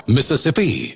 Mississippi